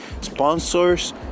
sponsors